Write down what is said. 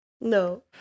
no